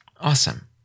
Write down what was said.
Awesome